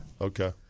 Okay